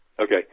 Okay